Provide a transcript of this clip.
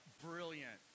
brilliant